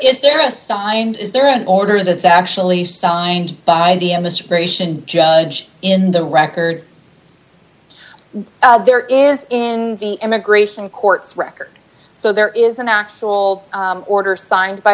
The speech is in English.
is there a signed is there an order that's actually signed by the a miscreation judge in the record there is in the immigration courts record so there is an actual order signed by